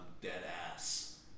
dead-ass